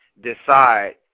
decide